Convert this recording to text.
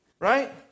Right